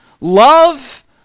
love